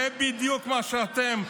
זה בדיוק מה שאתם.